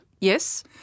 yes